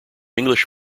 english